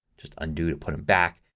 just undo to put them back.